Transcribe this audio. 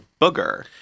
booger